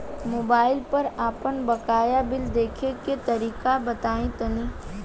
Mobile पर आपन बाकाया बिल देखे के तरीका बताईं तनि?